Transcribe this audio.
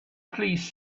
please